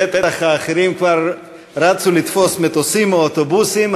בטח האחרים כבר רצו לתפוס מטוסים או אוטובוסים.